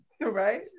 Right